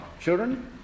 children